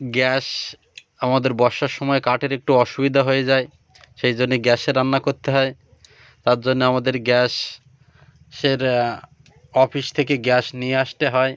gas আমাদের বর্ষার সময় কাঠের একটু অসুবিধা হয়ে যায় সেই জন্যে গ্যাসে রান্না করতে হয় তার জন্যে আমাদের গ্যাসের অফিস থেকে গ্যাস নিয়ে আসতে হয়